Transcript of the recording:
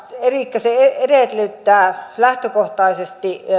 elikkä se edellyttää lähtökohtaisesti